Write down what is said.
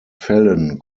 fällen